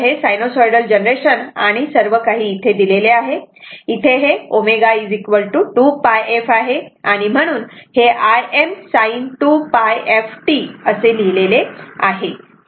हे sinusoidal generation आणि सर्व काही इथे दिलेले आहे इथे हे ω 2πf आहे म्हणून इथे हे m sin 2πf t असे लिहिलेले आहे